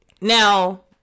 now